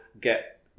get